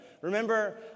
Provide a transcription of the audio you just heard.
Remember